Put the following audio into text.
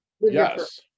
Yes